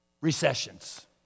recessions